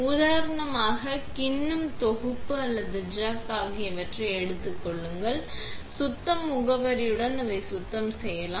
உதாரணமாக கிண்ணம் தொகுப்பு அல்லது சக் ஆகியவற்றை எடுத்துக் கொள்ளுங்கள் சுத்தம் முகவரியுடன் அதை சுத்தம் செய்யலாம்